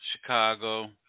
Chicago